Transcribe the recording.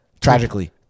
tragically